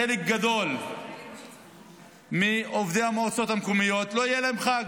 לחלק גדול מעובדי המועצות המקומיות לא יהיה חג,